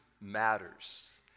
matters